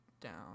down